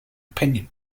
opinion